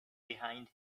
behind